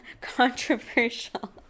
controversial